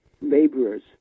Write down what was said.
laborers